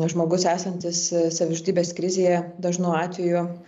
žmogus esantis savižudybės krizėje dažnu atveju